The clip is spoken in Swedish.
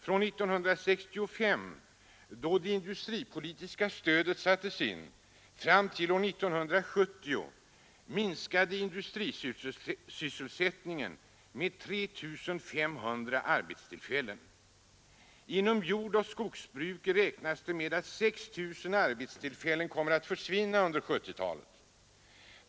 Från 1965, då det industripolitiska stödet sattes in, fram till år 1970 minskade industrisysselsättningen med 3 500 arbetstillfällen. Inom jordoch skogsbruk räknas det med att 6 000 arbetstillfällen kommer att försvinna under 1970-talet.